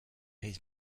his